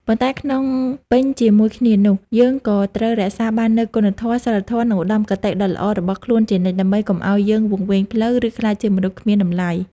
ប៉ុន្តែក្នុងពេលជាមួយគ្នានោះ យើងក៏ត្រូវរក្សាបាននូវគុណធម៌ សីលធម៌ និងឧត្តមគតិដ៏ល្អរបស់ខ្លួនជានិច្ច ដើម្បីកុំឱ្យយើងវង្វេងផ្លូវ ឬក្លាយជាមនុស្សគ្មានតម្លៃ។